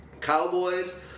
Cowboys